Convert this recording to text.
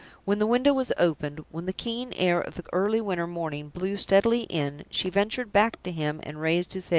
when the window was opened, when the keen air of the early winter morning blew steadily in, she ventured back to him and raised his head,